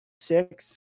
six